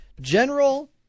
general